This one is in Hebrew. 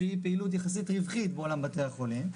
שהיא פעילות יחסית רווחית בעולם בתי החולים,